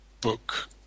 book